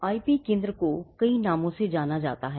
IP केंद्र को कई नामों से जाना जाता है